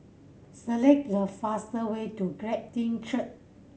select the fastest way to Glad Tiding Church